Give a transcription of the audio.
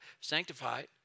sanctified